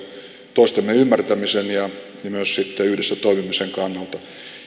toistemme ymmärtämisen ja myös sitten yhdessä toimimisen kannalta